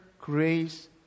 grace